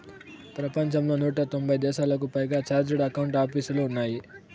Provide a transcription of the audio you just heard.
ప్రపంచంలో నూట తొంభై దేశాలకు పైగా చార్టెడ్ అకౌంట్ ఆపీసులు ఉన్నాయి